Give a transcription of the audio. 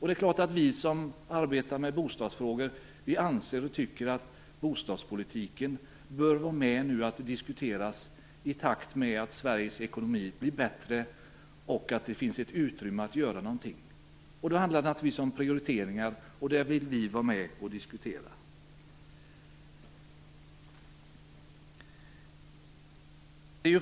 Det är klart att vi som arbetar med bostadsfrågor tycker att bostadspolitiken bör diskuteras i takt med att Sveriges ekonomi blir bättre och att det finns ett utrymme att göra någonting. Det handlar naturligtvis om prioriteringar. Dem vill vi vara med och diskutera.